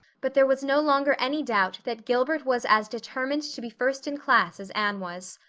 but there was no longer any doubt that gilbert was as determined to be first in class as anne was.